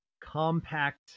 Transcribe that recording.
compact